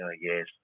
yes